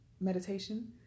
meditation